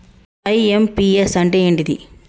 IMPS అంటే ఏంటిది?